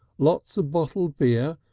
lots of bottled beer,